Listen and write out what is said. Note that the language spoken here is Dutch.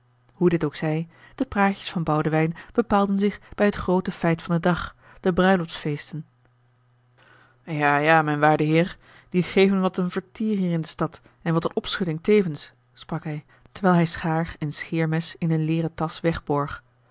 hoe dit ook zij de praatjes van boudewijn bepaalden zich bij het groote feit van den dag de bruiloftsfeesten ja ja mijn waarde heer die geven wat een vertier hier in de stad en wat een opschudding tevens sprak hij terwijl hij schaar en scheermes in een leeren tasch wegborg